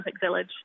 village